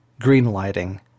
greenlighting